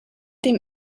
dem